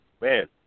man